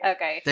Okay